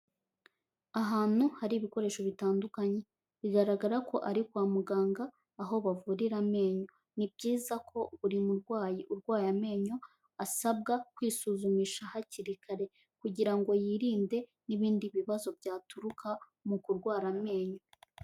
Ahantu hari ibikoresho bitandukanye, bigaragara ko ari kwa muganga aho bavurira amenyo, ni byiza ko buri murwayi urwaye amenyo, asabwa kwisuzumisha hakiri kare kugira ngo yirinde n'ibindi bibazo byaturuka mu kurwara amenyo.